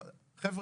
חבר'ה,